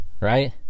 right